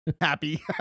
Happy